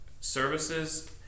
services